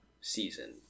season